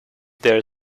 there